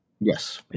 Yes